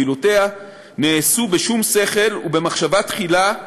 נעשו בשום שכל ובמחשבה תחילה,